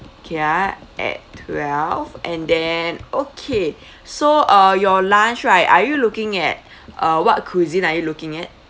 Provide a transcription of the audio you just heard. okay ah at twelve and then okay so uh your lunch right are you looking at uh what cuisine are you looking at